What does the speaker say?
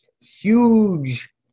huge